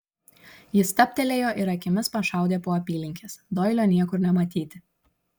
jis stabtelėjo ir akimis pašaudė po apylinkes doilio niekur nematyti